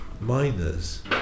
miners